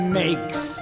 makes